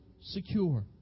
secure